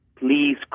please